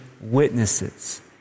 witnesses